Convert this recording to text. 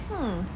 hmm